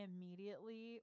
immediately